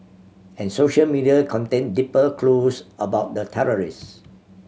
and social media contained deeper clues about the terrorists